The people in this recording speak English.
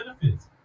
benefits